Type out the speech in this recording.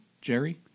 Jerry